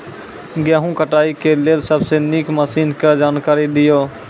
गेहूँ कटाई के लेल सबसे नीक मसीनऽक जानकारी दियो?